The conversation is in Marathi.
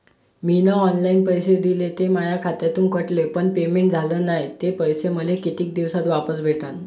मीन ऑनलाईन पैसे दिले, ते माया खात्यातून कटले, पण पेमेंट झाल नायं, ते पैसे मले कितीक दिवसात वापस भेटन?